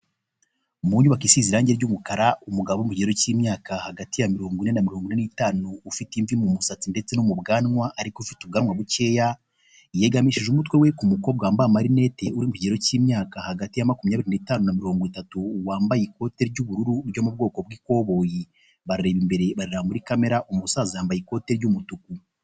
Mu nyubako isize irangi ry'umukara umugabo uri mu kigero cy'imyaka hagati ya mirongo ine na mirongo ine n'itanu ufite imvi mu musatsi ndetse no mubwanwa ariko ufite ubwanwa bukeya yagamishije umutwe we ku mukobwa wambaye amarinete uri mu kigero cy'imyaka hagati ya makumyabiri n'itanu na mirongo itatu wambaye ikote ry'ubururu ryo mu bwoko bw'ikoboyi bareba imbere bareba muri kamera, umusaza yambaye ikote ry'umutuku.